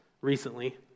recently